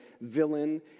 villain